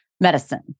medicine